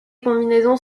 combinaisons